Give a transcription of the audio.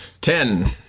Ten